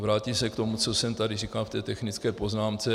Vrátím se k tomu, co jsem tady říkal v té technické poznámce.